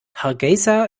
hargeysa